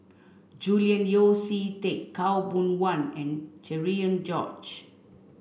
Julian Yeo See Teck Khaw Boon Wan and Cherian George